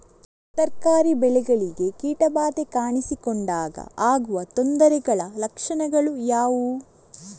ತರಕಾರಿ ಬೆಳೆಗಳಿಗೆ ಕೀಟ ಬಾಧೆ ಕಾಣಿಸಿಕೊಂಡಾಗ ಆಗುವ ತೊಂದರೆಗಳ ಲಕ್ಷಣಗಳು ಯಾವುವು?